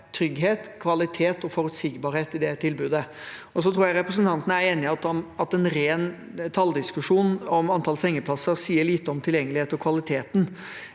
trygghet, kvalitet og forutsigbarhet i det tilbudet. Jeg tror representanten er enig i at en ren talldiskusjon om antall sengeplasser sier lite om tilgjengeligheten og kvaliteten